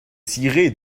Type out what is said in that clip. ciré